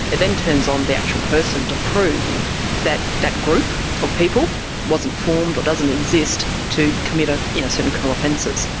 it then turns on the actual person to prove that that group of people wasn't formed or doesn't exist to commit ah you know certain criminal offences.